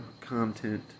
content